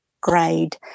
grade